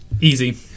Easy